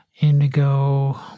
Indigo